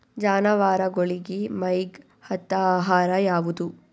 ಜಾನವಾರಗೊಳಿಗಿ ಮೈಗ್ ಹತ್ತ ಆಹಾರ ಯಾವುದು?